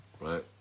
right